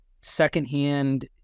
secondhand